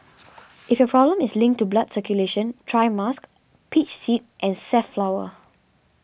if your problem is linked to blood circulation try musk peach seed and safflower